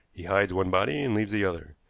he hides one body and leaves the other.